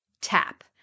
tap